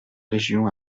régions